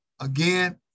again